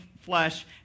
flesh